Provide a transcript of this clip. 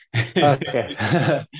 Okay